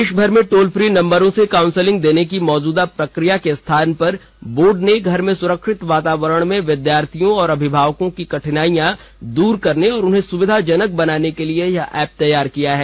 देशभर में toll free नंबरों से काउंसलिंग देने की मौजूदा प्रक्रिया के स्थान पर बोर्ड ने घर में सुरक्षित वातावरण में विद्यार्थियों और अभिभावकों की कठिनाइयां दूर करने और उन्हें सुविधाजनक बनाने के लिए यह ऐप तैयार किया है